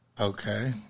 Okay